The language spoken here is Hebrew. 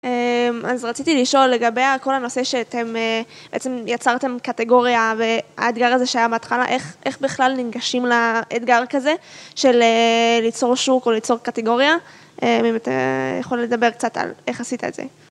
אמ... אז רציתי לשאול לגבי אל כל הנושא שאתם בעצם יצרתם קטגוריה והאתגר הזה שהיה בהתחלה איך איך בכלל ננגשים לאתגר כזה של ליצור שוק או ליצור קטגוריה? אם אתם יכולים לדבר קצת על איך עשית את זה.